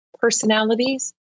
personalities